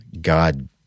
God